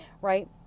Right